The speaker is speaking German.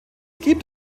gibt